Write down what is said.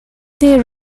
they